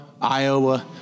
Iowa